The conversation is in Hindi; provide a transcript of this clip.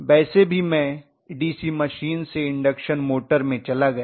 वैसे भी मैं डीसी मशीन से इंडक्शन मोटर में चला गया